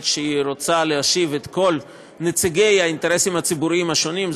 שהיא רוצה להושיב את כל נציגי האינטרסים הציבוריים השונים,